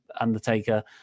Undertaker